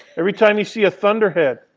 every time you see a thunderhead,